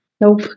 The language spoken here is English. Nope